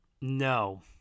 No